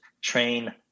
train